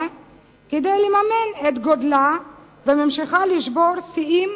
כדי לממן את גודלה וממשיכה לשבור שיאים